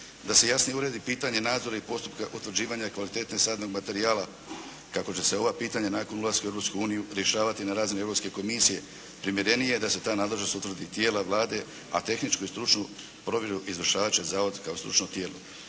da se jasnije uredi pitanje nadzora i postupka utvrđivanja kvalitete sadnog materijala kako će se ova pitanja nakon ulaska u Europsku uniju rješavati na razini Europske unije primjerenije je da se ta nadležnost utvrdi tijela Vlade a tehničku i stručnu provjeru izvršavat će zavod kao stručno tijelo,